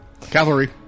Cavalry